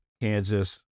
Kansas